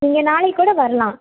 நீங்கள் நாளைக்குகூட வர்லாம்